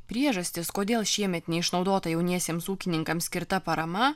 priežastys kodėl šiemet neišnaudota jauniesiems ūkininkams skirta parama